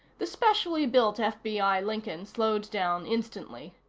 the specially-built fbi lincoln slowed down instantly.